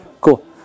Cool